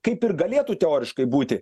kaip ir galėtų teoriškai būti